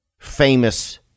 famous